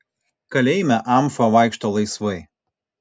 kalėjime amfa vaikšto laisvai